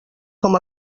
com